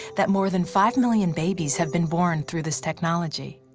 that more than five million babies have been born through this technology.